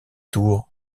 tours